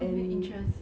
common interest